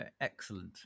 Excellent